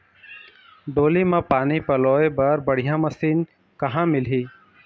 डोली म पानी पलोए बर बढ़िया मशीन कहां मिलही?